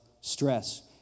stress